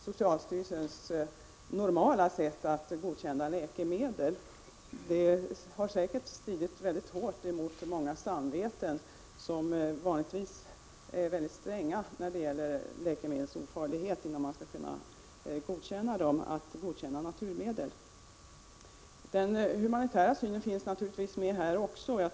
Socialstyrelsen har godkänt preparat på ett sätt som avviker från dess normala metoder när det gäller prövning av läkemedel. Att godkänna naturmedel har säkert stått i strid mot samvetet hos många av dem som annars är mycket stränga när det gäller kraven på ett läkemedels ofarlighet.